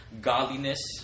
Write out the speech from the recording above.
godliness